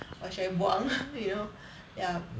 or should I buang you know ya